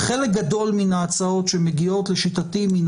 חלק גדול מההצעות שמגיעות לשיטתי מין